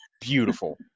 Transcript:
beautiful